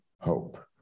hope